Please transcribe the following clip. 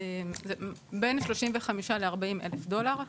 זה בין 35 ל- 40 אלף דולר.